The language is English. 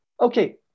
Okay